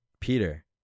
Peter